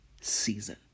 season